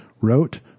wrote